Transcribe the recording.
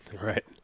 Right